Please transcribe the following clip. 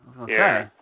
Okay